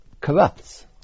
corrupts